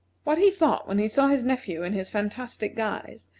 what he thought when he saw his nephew in his fantastic guise,